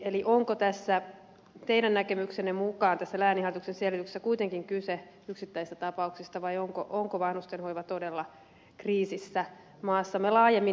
eli onko teidän näkemyksenne mukaan tässä lääninhallituksen selvityksessä kuitenkin kyse yksittäisistä tapauksista vai onko vanhustenhoiva todella kriisissä maassamme laajemmin